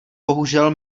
bohužel